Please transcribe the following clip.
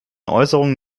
äußerungen